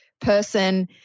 person